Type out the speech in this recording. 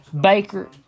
Baker